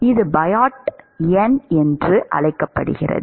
இது பயோட் எண் என்று அழைக்கப்படுகிறது